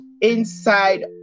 inside